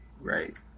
right